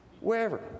wherever